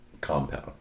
Compound